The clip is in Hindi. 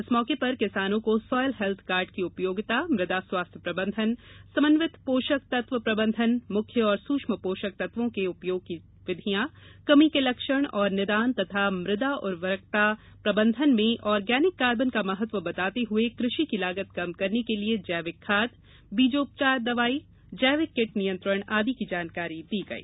इस मौके पर किसानों को स्वाईल हैल्थ कार्ड की उपयोगिता मृदा स्वास्थ्य प्रबंधन समन्वित पोषक तत्व प्रबंधन मुख्य और सूक्ष्म पोषक तत्वो के उपयोग की विधियां कमी के लक्षण और निदान तथा मुदा उर्वरकता प्रबंधन में आर्गेनिक कार्बन का महत्व बताते हुए कृषि की लागत कम करने के लिये जैविक खाद बीजोपचार दवाई जैविक किट नियंत्रण आदि की जानकारी दी गई